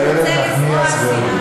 הוא רוצה לזרוע שנאה.